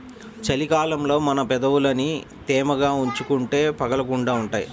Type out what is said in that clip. చలి కాలంలో మన పెదవులని తేమగా ఉంచుకుంటే పగలకుండా ఉంటాయ్